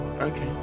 Okay